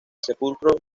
sepulcro